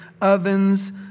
ovens